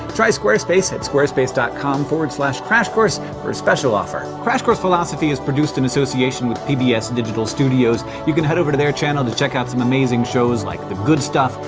try squarespace at squarespace dot com slash crashcourse for a special offer. crash course philosophy is produced in association with pbs digital studios. you can head over to their channel to check out some amazing shows like the good stuff,